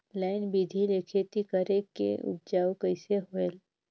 Line बिधी ले खेती करेले उपजाऊ कइसे होयल?